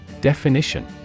Definition